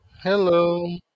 Hello